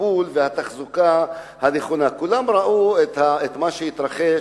הטיפול והתחזוקה הנכונה, כולם ראו את מה שהתרחש